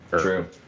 True